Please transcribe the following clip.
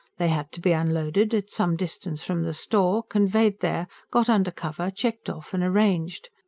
they had to be unloaded, at some distance from the store, conveyed there, got under cover, checked off and arranged.